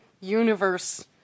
universe